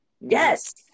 Yes